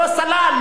לא סלל,